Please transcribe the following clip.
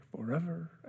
forever